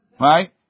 right